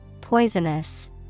poisonous